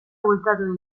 bultzatu